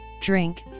drink